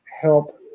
help